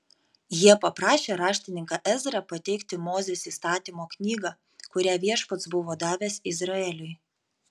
jie paprašė raštininką ezrą pateikti mozės įstatymo knygą kurią viešpats buvo davęs izraeliui